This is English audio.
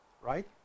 Right